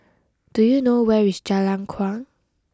do you know where is Jalan Kuang